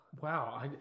Wow